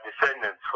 descendants